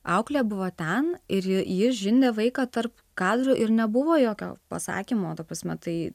auklė buvo ten ir ji žindė vaiką tarp kadrų ir nebuvo jokio pasakymo ta prasme tai